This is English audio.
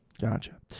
Gotcha